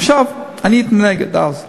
עכשיו, אני הייתי נגד אז.